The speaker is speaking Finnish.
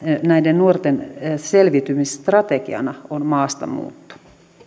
näiden nuorten selviytymisstrategiana on maastamuutto